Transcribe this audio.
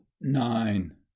nine